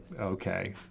okay